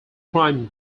crime